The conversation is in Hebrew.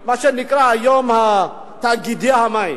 מה שנקרא היום תאגידי המים.